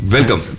Welcome